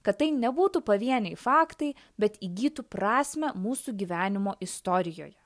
kad tai nebūtų pavieniai faktai bet įgytų prasmę mūsų gyvenimo istorijoje